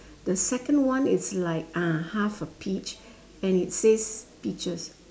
the second one is like ah half a peach and it says peaches